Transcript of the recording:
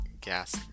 gas